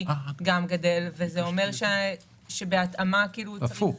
גם גדל וזה אומר שבהתאמה --- להיפך,